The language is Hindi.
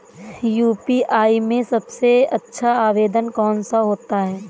यू.पी.आई में सबसे अच्छा आवेदन कौन सा होता है?